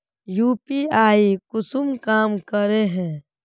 UPI कुंसम काम करे है?